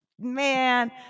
man